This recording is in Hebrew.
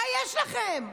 מה יש לכם?